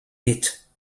mit